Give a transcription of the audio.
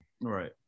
Right